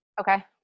Okay